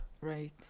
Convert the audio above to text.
Right